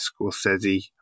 Scorsese